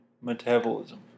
Metabolism